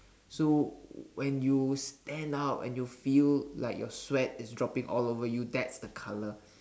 so when you stand out and you feel like your sweat is dropping all over you that's the colour